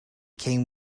came